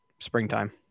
Springtime